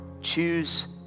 choose